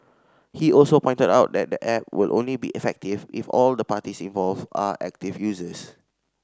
he also pointed out that the app will only be effective if all the parties involve are active users